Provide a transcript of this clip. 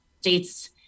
states